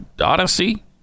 Odyssey